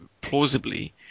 plausibly